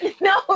No